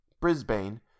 Brisbane